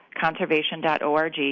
conservation.org